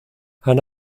han